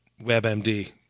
WebMD